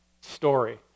story